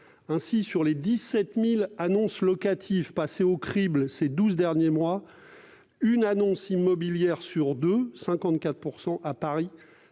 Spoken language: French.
Ainsi, sur les 17 000 annonces locatives passées au crible durant ces douze derniers mois, une annonce immobilière sur deux, précisément